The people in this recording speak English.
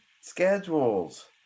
schedules